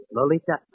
Lolita